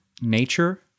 nature